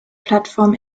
plattform